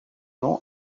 nom